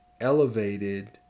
elevated